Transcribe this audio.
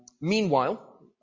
Meanwhile